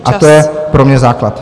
A to je pro mě základ.